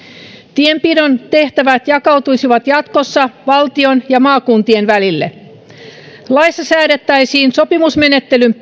tienpidon tehtävät jakautuisivat jatkossa valtion ja maakuntien välille laissa säädettäisiin sopimusmenettelyyn